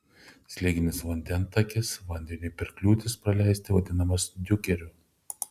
slėginis vandentakis vandeniui per kliūtis praleisti vadinamas diukeriu